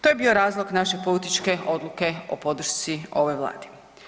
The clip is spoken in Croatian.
To je bio razlog naše političke odluke o podršci ovoj Vladi.